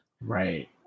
Right